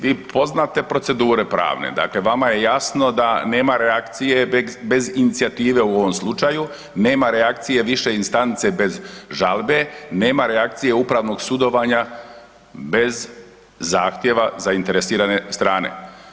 Vi poznate procedure pravne, dakle vama je jasno da nema reakcije bez inicijative u ovom slučaju, nema reakcije više instance bez žalbe, nema reakcije upravnog sudovanja bez zahtjeva zainteresirane strane.